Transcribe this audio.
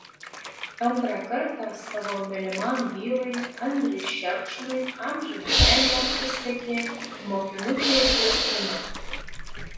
antrą kartą savo mylimam vyrui andriui šerkšnui amžiną meilę prisiekė mokinukė kristina